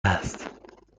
است